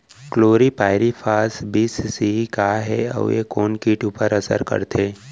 Chlorpyrifos बीस CE का हे अऊ ए कोन किट ऊपर असर करथे?